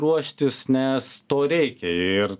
ruoštis nes to reikia ir